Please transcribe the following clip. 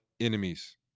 enemies